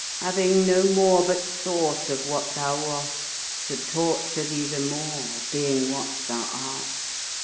having no more but thought of what thou wast, to torture thee the more, being what thou art.